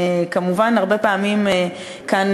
כמובן הרבה פעמים כאן,